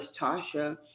Tasha